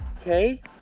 Okay